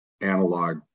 analog